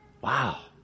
Wow